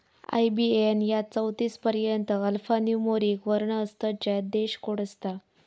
IBAN यात चौतीस पर्यंत अल्फान्यूमोरिक वर्ण असतत ज्यात देश कोड असता